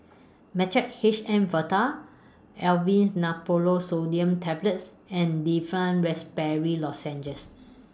Mixtard H M valtal Aleve Naproxen Sodium Tablets and Difflam Raspberry Lozenges